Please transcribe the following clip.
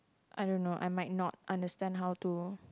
I don't know I might not understand how to